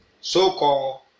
so-called